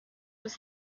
was